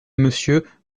monsieur